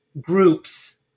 groups